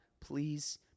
please